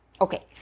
Okay